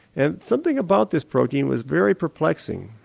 and something about this protein was very perplexing.